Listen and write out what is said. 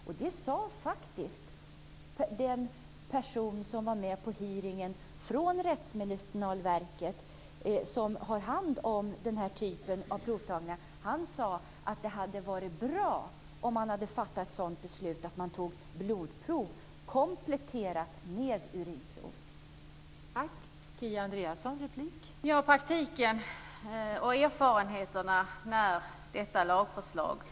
Också den person från Rättsmedicinalverket som var med på hearingen och som har hand om den här typen av provtagningar sade faktiskt att det vore bra om man fattade beslut om att blodprov kompletterat med urinprov skall tas.